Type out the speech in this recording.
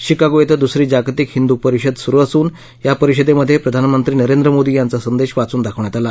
Chicago इथं दुसरी जागतिक हिंदू परिषद सुरू असून या परिषदेमध्ये प्रधानमंत्री नरेंद्र मोदी यांचा संदेश वाचून दाखवण्यात आला